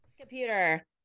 Computer